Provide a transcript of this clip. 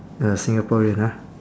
uh singaporean ah